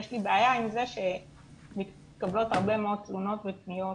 יש לי בעיה עם זה שמתקבלות הרבה מאוד תלונות ופניות